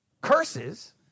curses